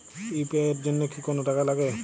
UPI এর জন্য কি কোনো টাকা লাগে?